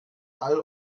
all